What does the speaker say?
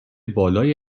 بالای